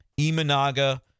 Imanaga